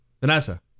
Vanessa